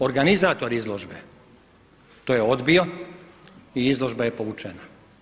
Organizator izložbe to je odbio i izložba je povučena.